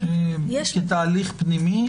כתהליך פנימי.